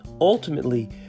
ultimately